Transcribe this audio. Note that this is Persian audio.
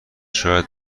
شاید